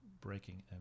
breaking